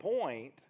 point